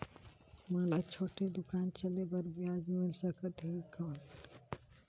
मोला छोटे दुकान चले बर ब्याज मिल सकत ही कौन?